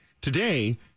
Today